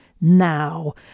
now